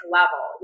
level